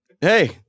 Hey